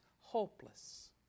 hopeless